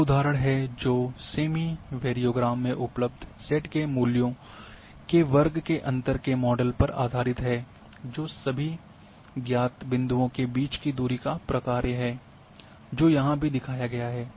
यह उदाहरण है जो सेमी वैरिओग्राम में उपलब्ध z के मूल्यों के वर्ग के अंतर के मॉडल पर आधारित है जो सभी ज्ञात बिंदुओं के बीच की दूरी का प्रकार है जो यहाँ भी दिखाया गया है